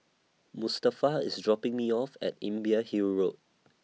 Mustafa IS dropping Me off At Imbiah Hill Road